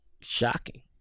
shocking